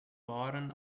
waren